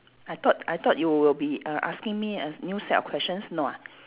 I thought I thought you will be err asking me a new set of questions no ah